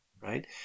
right